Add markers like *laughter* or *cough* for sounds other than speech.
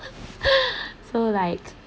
*laughs* so like